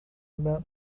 about